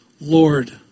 Lord